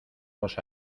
los